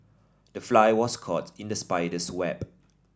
the fly was caught in the spider's web